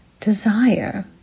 Desire